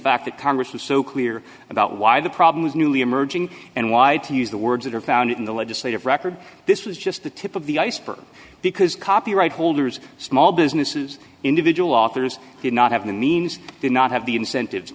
fact that congress was so clear about why the problem was newly emerging and wide to use the words that are found in the legislative record this was just the tip of the iceberg because copyright holders small businesses individual authors did not have the means did not have the incentive